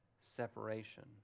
separation